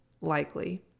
likely